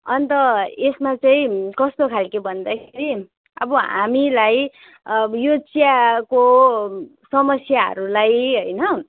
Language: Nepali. अन्त यसमा चाहिँ कस्तो खालके भन्दाखेरि अब हामीलाई अब यो चियाको समस्याहरूलाई होइन